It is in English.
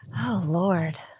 oh lord